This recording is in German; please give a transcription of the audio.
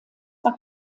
war